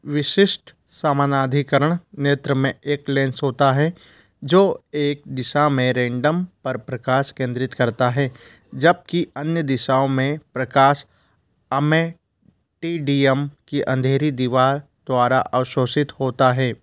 विशिष्ट समानाधिकरण नेत्र में एक लेंस होता है जो एक दिशा से रैंडम पर प्रकाश केंद्रित करता है जब कि अन्य दिशाओं मे प्रकाश ऑमेटिडियम की अंधेरी दीवार द्वारा अवशोषित होता है